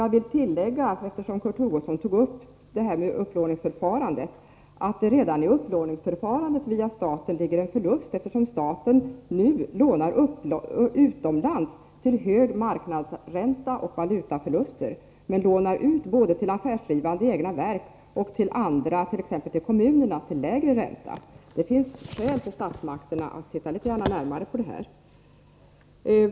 Jag vill tillägga, eftersom Kurt Hugosson tog upp detta med upplåningsförfarande, att det redan i upplåningsförfarandet via staten ligger en förlust, på grund av att staten nu lånar utomlands till hög marknadsränta och med valutaförluster, men lånar ut både till affärsdrivande egna verk och till andra, t.ex. kommunerna, till lägre ränta. Det finns skäl för statsmakterna att titta litet närmare på detta.